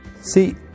See